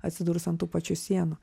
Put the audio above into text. atsidurs ant tų pačių sienų